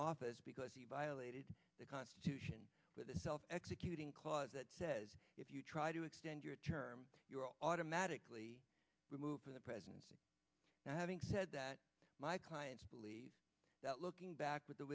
office because he violated the constitution with the self executing clause that says if you try to extend your term you are automatically removed from the presidency now having said that my clients believe that looking back with the